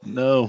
no